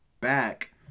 back